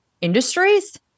industries